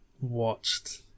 watched